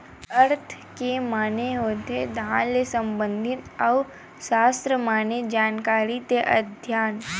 अर्थ के माने होथे धन ले संबंधित अउ सास्त्र माने जानकारी ते अध्ययन